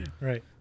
right